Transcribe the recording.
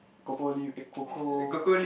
cocoa leaf eh cocoa